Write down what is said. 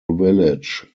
village